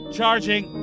Charging